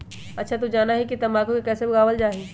अच्छा तू जाना हीं कि तंबाकू के कैसे उगावल जा हई?